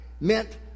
meant